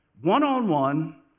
one-on-one